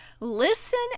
Listen